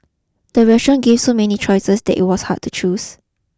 the restaurant gave so many choices that it was hard to choose